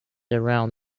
around